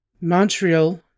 Montreal